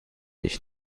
ich